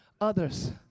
others